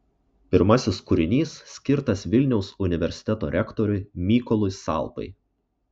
pirmasis kūrinys skirtas vilniaus universiteto rektoriui mykolui salpai